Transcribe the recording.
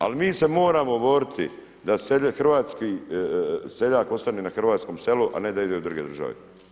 Ali mi se moramo boriti da hrvatski seljak ostane na hrvatskom selu a ne da ide u druge države.